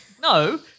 no